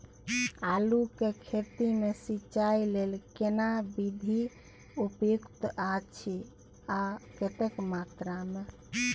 आलू के खेती मे सिंचाई लेल केना विधी उपयुक्त अछि आ कतेक मात्रा मे?